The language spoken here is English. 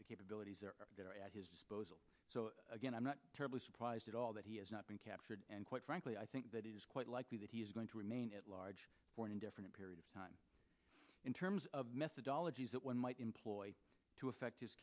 the capabilities are there at his disposal so again i'm not terribly surprised at all that he has not been captured and quite frankly i think that it is quite likely that he is going to remain at large for an indefinite period of time in terms of methodologies that one might employ to effect